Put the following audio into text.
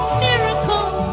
miracle